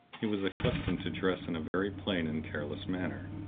he was accustomed to dress in a very plain and careless manner,